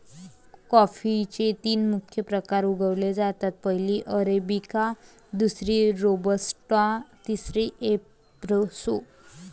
कॉफीचे तीन मुख्य प्रकार उगवले जातात, पहिली अरेबिका, दुसरी रोबस्टा, तिसरी एस्प्रेसो